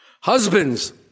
husbands